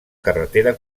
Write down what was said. carretera